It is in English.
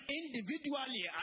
individually